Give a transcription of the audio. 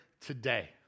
today